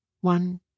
One